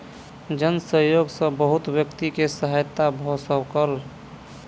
जन सहयोग सॅ बहुत व्यक्ति के सहायता भ सकल